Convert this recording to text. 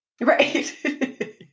Right